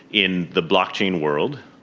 in the blockchain world,